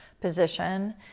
position